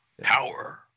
Power